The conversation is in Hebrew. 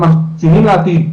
הם הקצינים לעתיד,